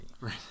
Right